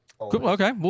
Okay